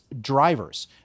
drivers